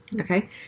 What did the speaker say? okay